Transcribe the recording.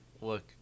look